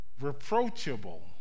reproachable